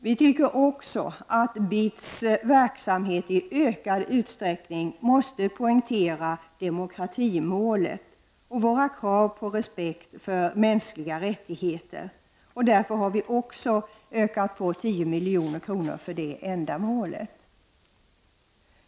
Vi anser också att man i BITS verksamhet i ökad utsträckning måste poängtera demokratimålet och våra krav på respekt för mänskliga rättigheter, Därför har vi också ökat på anslaget med 10 milj.kr. för detta ändamål.